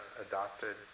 adopted